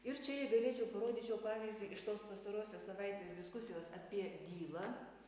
ir čia jei galėčiau parodyčiau pavyzdį iš tos pastarosios savaitės diskusijos apie dylą